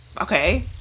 okay